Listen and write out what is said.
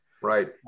right